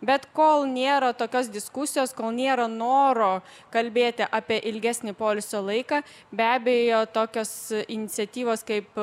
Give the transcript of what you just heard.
bet kol nėra tokios diskusijos kol nėra noro kalbėti apie ilgesnį poilsio laiką be abejo tokios iniciatyvos kaip